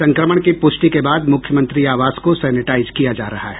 संक्रमण की पुष्टि के बाद मुख्यमंत्री आवास को सैनेटाइज किया जा रहा है